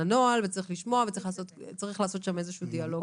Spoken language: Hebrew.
הנוהל וצריך לשמוע וצריך לעשות שם איזשהו דיאלוג.